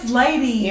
lady